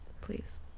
please